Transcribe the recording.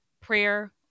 prayer